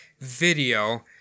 video